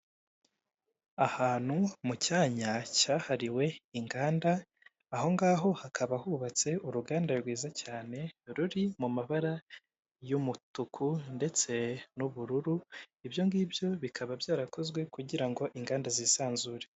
Ahantu mu cyanya cyahariwe inganda, ahongaho hakaba hubatse uruganda rwiza cyane, ruri mu mabara y'umutuku ndetse n'ubururu, ibyongibyo bikaba byarakozwe kugira ngo inganda zisanzure.